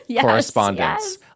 correspondence